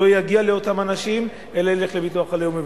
שהוא לא יגיע לאותם אנשים אלא ילך לביטוח הלאומי.